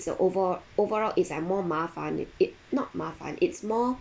a overa~ overall is like more 麻烦 it not 麻烦 it's more